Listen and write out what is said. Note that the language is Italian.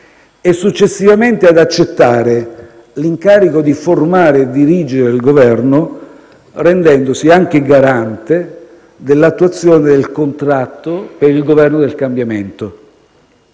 e successivamente ad accettare l'incarico di formare e dirigere il Governo, rendendosi anche garante dell'attuazione del contratto per il Governo del cambiamento.